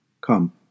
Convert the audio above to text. Come